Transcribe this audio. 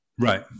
Right